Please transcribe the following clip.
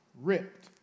Ripped